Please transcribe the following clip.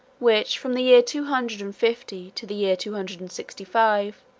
which, from the year two hundred and fifty to the year two hundred and sixty-five,